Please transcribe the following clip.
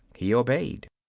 he obeyed.